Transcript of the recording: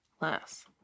Less